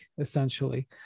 essentially